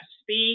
speak